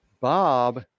Bob